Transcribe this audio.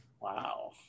Wow